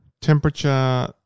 Temperature